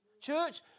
Church